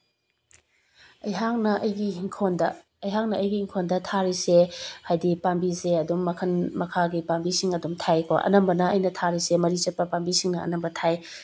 ꯑꯩꯍꯥꯛꯅ ꯑꯩꯒꯤ ꯏꯪꯈꯣꯜꯗ ꯑꯩꯍꯥꯛꯅ ꯑꯩꯒꯤ ꯏꯪꯈꯣꯜꯗ ꯊꯥꯔꯤꯁꯦ ꯍꯥꯏꯗꯤ ꯄꯥꯝꯕꯤꯁꯦ ꯑꯗꯨꯝ ꯃꯈꯜ ꯃꯈꯥꯒꯤ ꯄꯥꯝꯕꯤꯁꯤꯡ ꯑꯗꯨꯝ ꯊꯥꯏꯀꯣ ꯑꯅꯝꯕꯅ ꯑꯩꯅ ꯊꯔꯤꯁꯦ ꯃꯔꯤ ꯆꯠꯄ ꯄꯥꯝꯕꯤꯁꯤꯡ ꯑꯅꯝꯕꯅ ꯊꯥꯏ